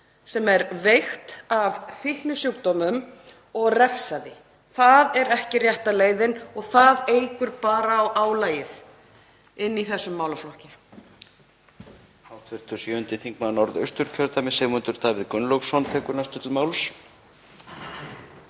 sem er veikt af fíknisjúkdómum, og refsa þeim. Það er ekki rétta leiðin og eykur bara á álagið í þessum málaflokki.